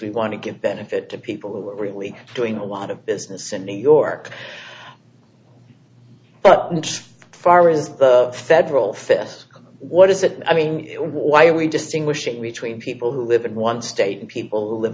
we want to give benefit to people who are really doing a lot of business in new york but it's far is the federal fifth what is it i mean why are we distinguishing between people who live in one state and people who live